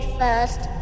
first